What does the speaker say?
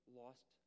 lost